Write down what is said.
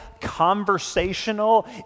conversational